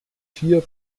vier